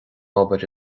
obair